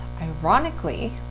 ironically